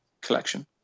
collection